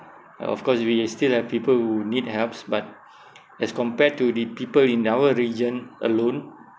uh of course we still have people who need helps but as compared to the people in our region alone